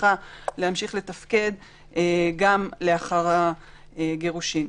שצריכה להמשיך לתפקד גם לאחר הגירושין.